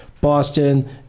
Boston